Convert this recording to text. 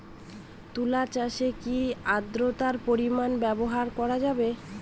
তুলা চাষে কি আদ্রর্তার পরিমাণ ব্যবহার করা যাবে?